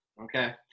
Okay